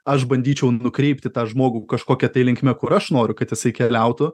aš bandyčiau nukreipti tą žmogų kažkokia tai linkme kur aš noriu kad jisai keliautų